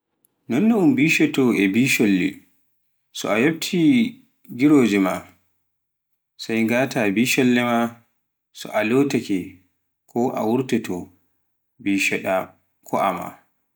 nonno un bishoo to e bisholle, e yofti gijoore, san ngataa bisholle maa so a lootaake ko a wortoto, mbishoɗa ko'a maa.